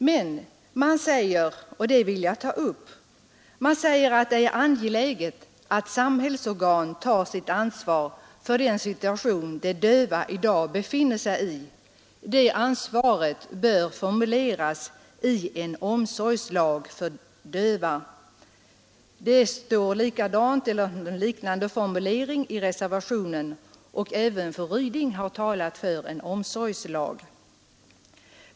Men man säger — och det vill jag ta upp — att det är angeläget att samhällsorganen här tar sitt ansvar för den situation de döva i dag befinner sig i och att det ansvaret bör formuleras i en omsorgslag för döva. En liknande formulering finns i reservationen, och även fru Ryding har talat för en omsorgslag.